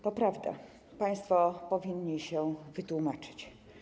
To prawda, państwo powinni się wytłumaczyć.